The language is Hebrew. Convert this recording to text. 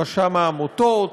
רשם העמותות,